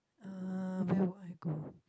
uh where would I go